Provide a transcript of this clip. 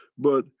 but,